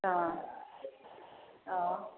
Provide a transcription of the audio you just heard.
हँ हँ